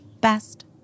best